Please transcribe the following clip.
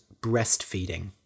breastfeeding